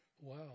Wow